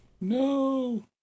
No